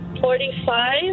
Forty-five